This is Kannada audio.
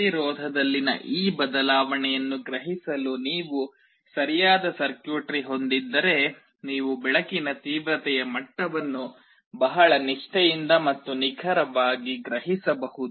ಪ್ರತಿರೋಧದಲ್ಲಿನ ಈ ಬದಲಾವಣೆಯನ್ನು ಗ್ರಹಿಸಲು ನೀವು ಸರಿಯಾದ ಸರ್ಕ್ಯೂಟ್ರಿ ಹೊಂದಿದ್ದರೆ ನೀವು ಬೆಳಕಿನ ತೀವ್ರತೆಯ ಮಟ್ಟವನ್ನು ಬಹಳ ನಿಷ್ಠೆಯಿಂದ ಮತ್ತು ನಿಖರವಾಗಿ ಗ್ರಹಿಸಬಹುದು